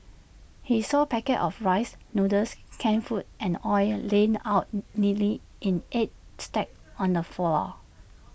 he saw packets of rice noodles canned food and oil laid out neatly in eight stacks on the floor